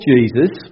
Jesus